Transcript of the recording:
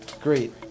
Great